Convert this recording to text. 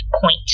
point